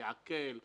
לעקל,